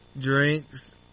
drinks